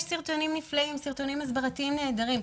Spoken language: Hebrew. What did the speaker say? יש סרטונים נפלאים, סרטונים הסברתיים נהדרים.